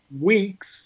weeks